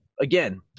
again